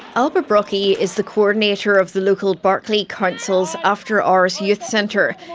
alba brockie is the coordinator of the local barkly council's after-hours youth centre.